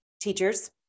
teachers